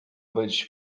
być